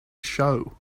show